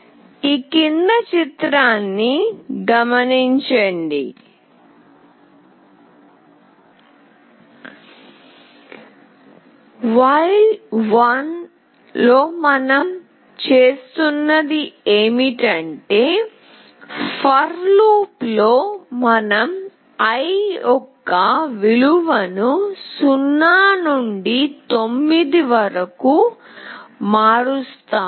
while మనం చేస్తున్నది ఏమిటంటే for loop లో మనం i యొక్క విలువను 0 నుండి 9 వరకు మారుస్తాము